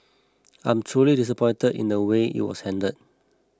I'm truly disappointed in the way it was handled